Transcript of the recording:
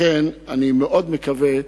לכן, אני מאוד מקווה,